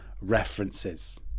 references